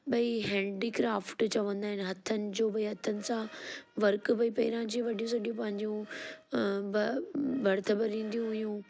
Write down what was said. भई handicraft चवंदा आहिनि हथनि जो भई हथ सां वर्क बि पहिरां जी वॾी सॾी पंहिंजूं बि भर्त भरींदी हुयूं